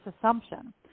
assumption